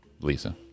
Lisa